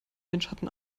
windschatten